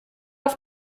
auf